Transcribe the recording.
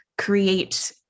create